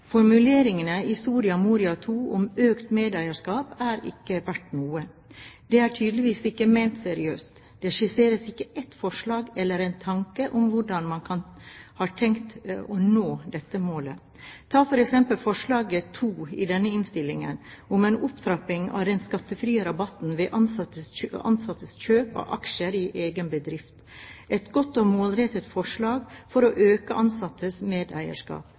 Formuleringene i Soria Moria II om økt medeierskap er ikke verdt noe. Det er tydeligvis ikke ment seriøst. Det skisseres ikke ett forslag eller én tanke om hvordan man har tenkt å nå dette målet. Ta f.eks. forslag nr. 2 i denne innstillingen om en opptrapping av den skattefrie rabatten ved ansattes kjøp av aksjer i egen bedrift, et godt og målrettet forslag for å øke ansattes medeierskap.